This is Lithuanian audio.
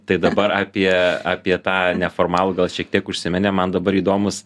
tai dabar apie apie tą neformalų gal šiek tiek užsiminėm man dabar įdomūs